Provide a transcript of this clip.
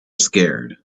scared